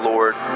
Lord